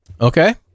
okay